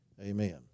amen